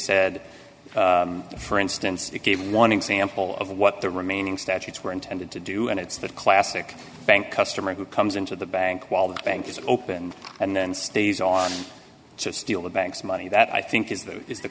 said for instance it gave one example of what the remaining statutes were intended to do and it's that classic bank customer who comes into the bank while the bank is open and then stays on just steal the bank's money that i think i